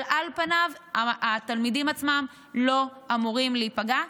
אבל על פניו התלמידים עצמם לא אמורים להיפגע.